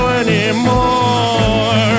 anymore